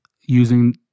using